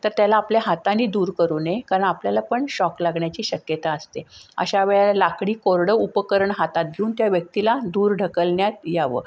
तर त्याला आपल्या हाताने दूर करू नये कारण आपल्याला पण शॉक लागण्याची शक्यता असते अशा वेळेला लाकडी कोरडं उपकरण हातात घेऊन त्या व्यक्तीला दूर ढकलण्यात यावं